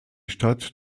stadt